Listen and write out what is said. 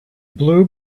blue